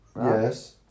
Yes